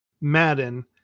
Madden